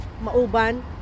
Mauban